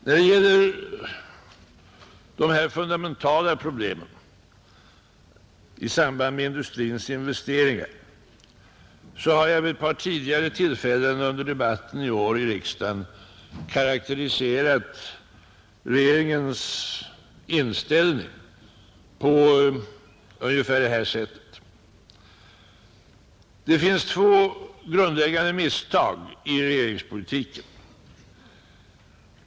När det gäller de fundamentala problemen i samband med industrins investeringar har jag vid ett par tidigare tillfällen under debatter i år i riksdagen karakteriserat regeringens inställning på ungefär det här sättet: det finns två grundläggande misstag i regeringspolitiken.